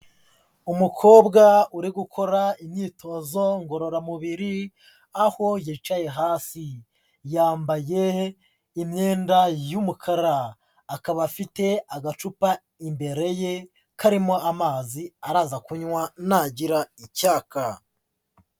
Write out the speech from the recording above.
Umukobwa uri gukora imyitozo ngororamubiri, aho yicaye hasi. Yambaye imyenda y'umukara. Akaba afite agacupa imbere ye karimo amazi araza kunywa nagira icyaka.